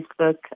Facebook